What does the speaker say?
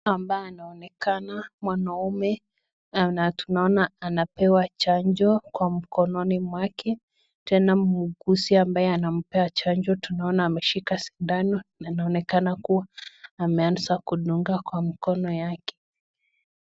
Mtu ambao anaonekana mwanaume. Tunaona anapewa chanjo kwa mikononi mwake. Tena muuguzi ambaye anampea chanjo, tunaona ameshika sindano. Anaonekana kua ameanza kudunga kwa mikono yake